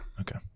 Okay